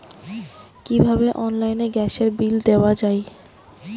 কিভাবে অনলাইনে গ্যাসের বিল দেওয়া যায়?